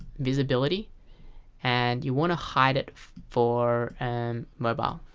visibility and you want to hide it for and mobile.